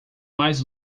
mais